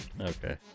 Okay